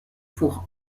pour